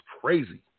crazy